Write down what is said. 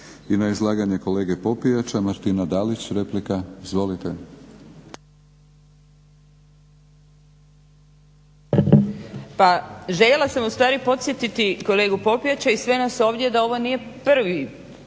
I na izdavanje kolega Popijača, Martina Dalić, replika, izvolite. **Dalić, Martina (HDZ)** Pa željela sam ustvari podsjetiti kolegu Popijača i sve nas ovdje da ovo nije prvi